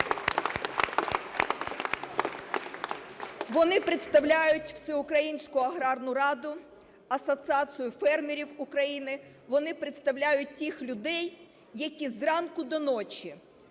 Вони представляють Всеукраїнську аграрну раду, Асоціацію фермерів України. Вони представляють тих людей, які з ранку до ночі